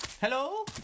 Hello